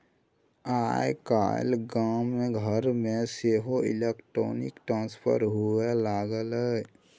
आय काल्हि गाम घरमे सेहो इलेक्ट्रॉनिक ट्रांसफर होए लागलै